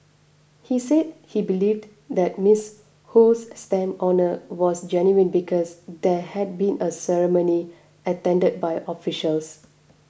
he said he believed that Miss Ho's stamp honour was genuine because there had been a ceremony attended by officials